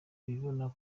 bibona